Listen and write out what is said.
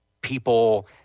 people